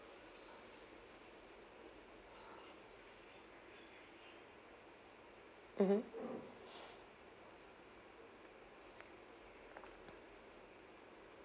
mmhmm